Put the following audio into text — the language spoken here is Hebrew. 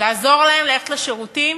לעזור להם ללכת לשירותים?